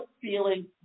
feeling